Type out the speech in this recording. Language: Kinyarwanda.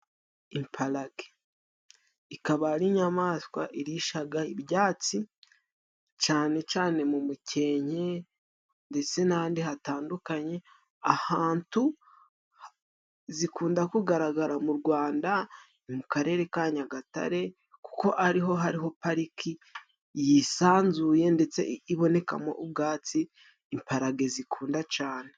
Imparage. Ikaba ari inyamaswa irishaga ibyatsi, cane cane mu mukenke ndetse n'ahandi hatandukanye, ahantu zikunda kugaragara mu Rwanda ni mu karere ka Nyagatare, kuko ariho hariho pariki yisanzuye, ndetse ibonekamo ubwatsi imparage zikunda cane.